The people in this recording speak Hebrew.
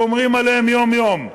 שומרים עליהם יום-יום.